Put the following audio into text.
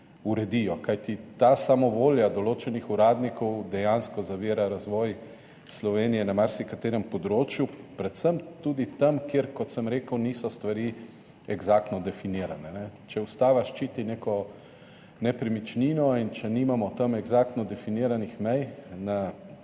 uredijo, kajti ta samovolja določenih uradnikov dejansko zavira razvoj Slovenije na marsikaterem področju, predvsem tudi tam, kjer, kot sem rekel, niso stvari eksaktno definirane. Če ustava ščiti neko nepremičnino in če nimamo tam eksaktno definiranih mej